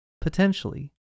potentially